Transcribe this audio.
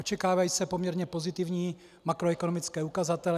Očekávají se poměrně pozitivní makroekonomické ukazatele.